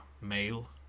male